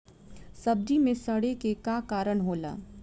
सब्जी में सड़े के का कारण होला?